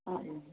आ रही हूँ